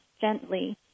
gently